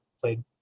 played –